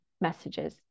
messages